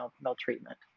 maltreatment